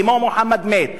כמו "מוחמד מת",